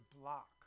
Block